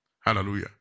Hallelujah